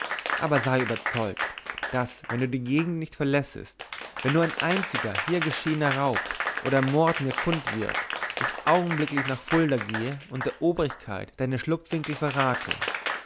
aber sei überzeugt daß wenn du die gegend nicht verlässest wenn nur ein einziger hier geschehener raub oder mord mir kund wird ich augenblicklich nach fulda gehe und der obrigkeit deine schlupfwinkel verrate